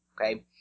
okay